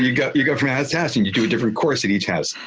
you go you go from house to house, and you do a different course at each house.